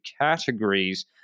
categories